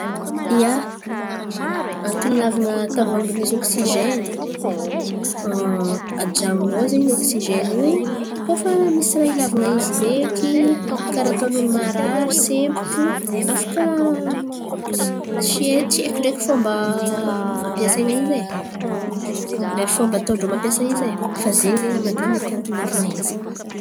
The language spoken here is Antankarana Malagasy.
Ia, antony ilàvan̈a tavohangy misy ôksizeny ajanon̈o ao zen̈y ôksizeny io koa fa misy raha ilàvan̈a izy meky. Karà ataony olo marary, sempotro afaka tsy tsy haiko ndreky fomba ampiasain̈a izy e. Lay fomba ataon-drô mampiasa izy e, fa zen̈y zen̈y aminakà mety antony ilàvan̈a izy.